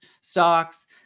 stocks